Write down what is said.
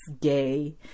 gay